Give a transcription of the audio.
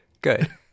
Good